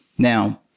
Now